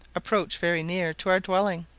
approach very near to our dwelling.